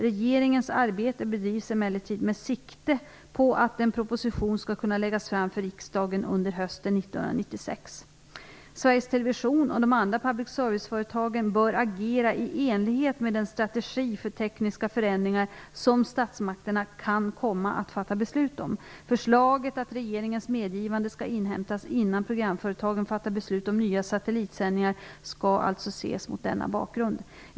Regeringens arbete bedrivs emellertid med sikte på att en proposition skall kunna läggas fram för riksdagen under hösten 1996. Sveriges Television och de andra public serviceföretagen bör agera i enlighet med den strategi för tekniska förändringar som statsmakterna kan komma att fatta beslut om. Förslaget att regeringens medgivande skall inhämtas innan programföretagen fattar beslut om nya satellitsändningar skall alltså ses mot denna bakgrund.